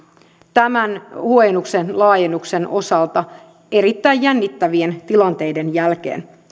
tämän huojennuksen laajennuksen osalta erittäin jännittävien tilanteiden jälkeen